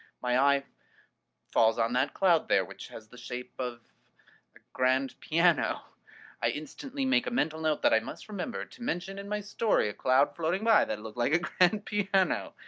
my eye falls on that cloud there, which has the shape of a grand piano i instantly make a mental note that i must remember to mention in my story a cloud floating by that looked like a grand piano.